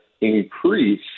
increase